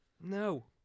No